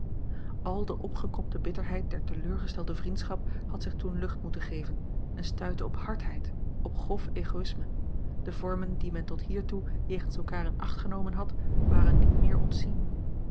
al de opgekropte bitterheid der teleurgestelde vriendschap had zich toen lucht moeten geven en stuitte op hardheid op grof egoïsme de vormen die men tot hiertoe jegens elkaar in acht genomen had waren niet meer ontzien